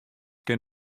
kin